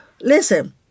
Listen